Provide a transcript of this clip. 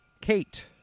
Kate